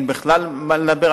אין בכלל מה לדבר.